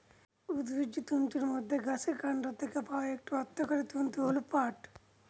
উদ্ভিজ্জ তন্তুর মধ্যে গাছের কান্ড থেকে পাওয়া একটি অর্থকরী তন্তু হল পাট